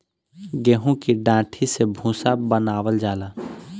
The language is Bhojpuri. गेंहू की डाठी से भूसा बनावल जाला